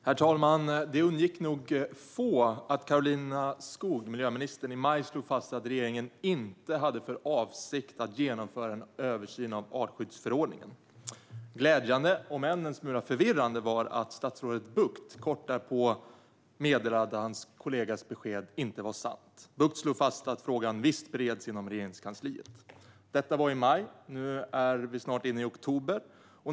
Herr talman! Det undgick nog få att miljöminister Karolina Skog i maj slog fast att regeringen inte hade för avsikt att genomföra en översyn av artskyddsförordningen. Glädjande, om än en smula förvirrande, var att statsrådet Bucht kort därpå meddelade att hans kollegas besked inte var sant. Bucht slog fast att ärendet visst bereddes inom Regeringskansliet. Detta var i maj. Nu är vi snart inne i oktober.